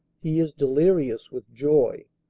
he is delirious with joy.